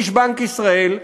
איש בנק ישראל,